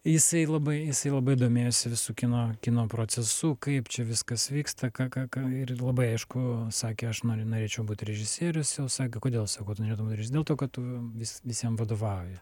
jisai labai labai domėjosi visu kino kino procesu kaip čia viskas vyksta ką ką ką ir labai aišku sakė aš noriu norėčiau būt režisierius jau sako kodėl sakau tu norėtum būt režisierius dėl to kad tu vis visiems vadovauji